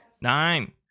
Nine